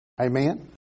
Amen